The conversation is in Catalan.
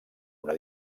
una